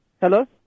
Hello